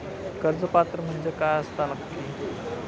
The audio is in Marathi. कर्ज पात्र म्हणजे काय असता नक्की?